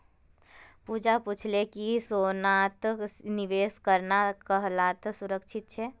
पूजा पूछले कि सोनात निवेश करना कताला सुरक्षित छे